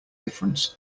difference